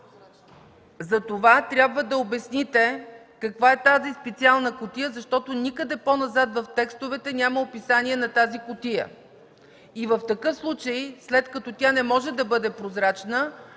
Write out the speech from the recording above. Затова трябва да обясните каква е тази специална кутия, защото никъде по-назад в текстовете няма описание на тази кутия? В такъв случай, след като тя не може да бъде прозрачна,